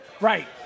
Right